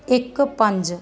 ਇੱਕ ਪੰਜ